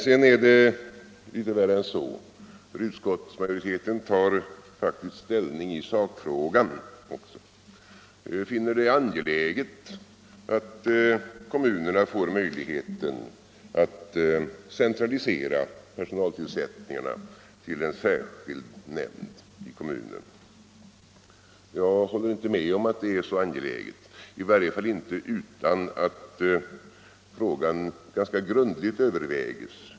Det är litet värre än så, eftersom utskottsmajoriteten faktiskt tar ställning i sakfrågan. Majoriteten finner det angeläget att kommunerna får möjligheten att centralisera personaltillsättningarna till en särskild nämnd i kommunen. Jag håller inte med om att det är så angeläget, i varje fall inte utan att frågan ganska grundligt övervägs.